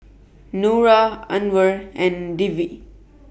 Nura Anuar and Dwi